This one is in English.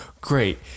great